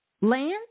Lance